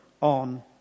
on